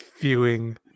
viewing